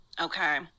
okay